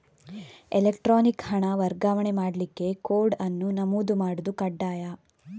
electronic ಹಣ ವರ್ಗಾವಣೆ ಮಾಡ್ಲಿಕ್ಕೆ ಕೋಡ್ ಅನ್ನು ನಮೂದು ಮಾಡುದು ಕಡ್ಡಾಯ